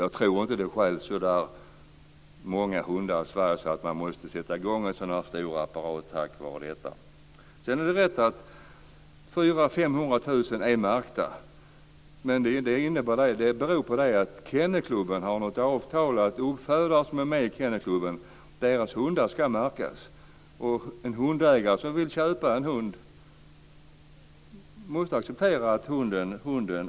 Jag tror inte att det stjäls så många hundar i Sverige att man av den anledningen måste sätta i gång en sådan här stor apparat. Det är riktigt att 400 000-500 000 hundar är märkta. Det beror på att Kennelklubben har ett avtal om att uppfödare som är med i Kennelklubben ska märka sina hundar. Den som vill köpa en hund måste acceptera att hunden är märkt.